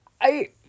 I-